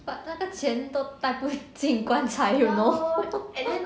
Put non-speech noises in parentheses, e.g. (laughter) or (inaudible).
but 那个钱都带不进棺材 you know (laughs)